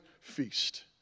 feast